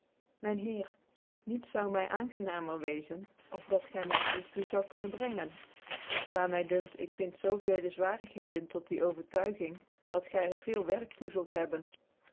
myn heer niets zoude my a ingcnamcr weczen als dat gy my hier toe zoude kunnen brengen maar my dunkt ik vind zoo veel zwarigheden tot die overtuiging dat gy er veel werk toe zult hebben